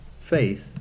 faith